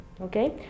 Okay